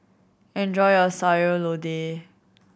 enjoy your Sayur Lodeh